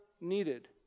needed